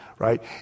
Right